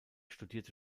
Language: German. studierte